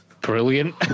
brilliant